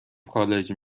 کالج